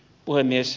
puhemies